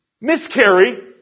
miscarry